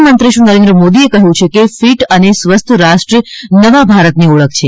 પ્રધાનમંત્રી શ્રી નરેન્દ્ર મોદીએ કહ્યું છે કે ફિટ અને સ્વસ્થ રાષ્ટ્ર નવા ભારતની ઓળખ છે